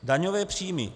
Daňové příjmy.